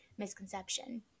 misconception